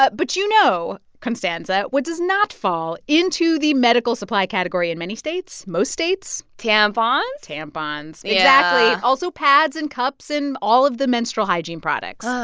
but but you know, constanza, what does not fall into the medical supply category in many states most states? tampons tampons, exactly yeah also, pads and cups and all of the menstrual hygiene products.